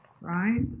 right